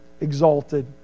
exalted